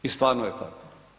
I stvarno je tako.